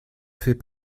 fait